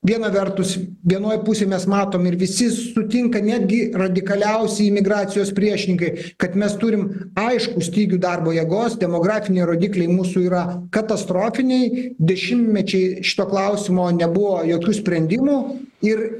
viena vertus vienoje pusėje mes matome ir visi sutinka netgi radikaliausi imigracijos priešininkai kad mes turim aiškų stygių darbo jėgos demografiniai rodikliai mūsų yra katastrofiniai dešimtmečiai šituo klausimu nebuvo jokių sprendimų ir